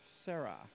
Sarah